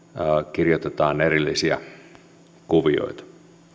kirjoitetaan erilaisia kuvioita